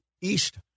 east